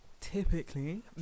typically